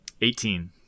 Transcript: Eighteen